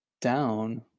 down